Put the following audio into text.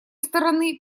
стороны